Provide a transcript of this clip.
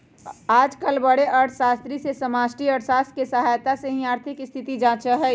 आजकल बडे अर्थशास्त्री भी समष्टि अर्थशास्त्र के सहायता से ही आर्थिक स्थिति जांचा हई